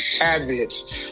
habits